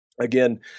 Again